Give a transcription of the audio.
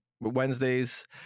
Wednesdays